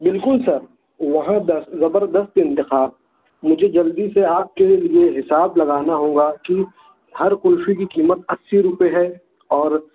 بالکل سر وہاں دس زبردست انتخاب مجھے جلدی سے آپ کے لیے حساب لگانا ہوگا کہ ہر کُلفی کی قیمت اَسی روپے ہے اور